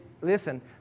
Listen